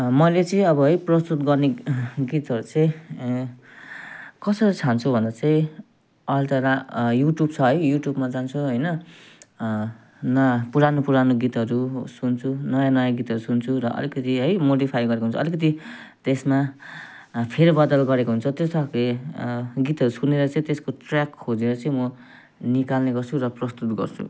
मैले चाहिँ अब है प्रस्तुत गर्ने गीतहरू चाहिँ कसरी छान्छु भन्दा चाहिँ अहिले त रा युट्युब छ है युट्युबमा जान्छु होइन ना पुरानो पुरानो गीतहरू सुन्छु नयाँ नयाँ गीतहरू सुन्छु र अलिकति है मोडिफाई गरेको हुन्छ अलिकति त्यसमा फेरबदल गरेको हुन्छु त्यस्तो खालको के गीतहरू सुनेर चाहिँ त्यसको ट्र्याक खोजेर चाहिँ म निकाल्ने गर्छु र प्रस्तुत गर्छु